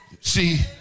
See